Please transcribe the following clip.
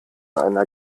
einer